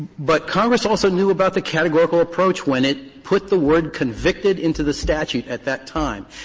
but congress also knew about the categorical approach when it put the word convicted into the statute at that time.